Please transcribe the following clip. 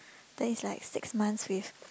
days like six months with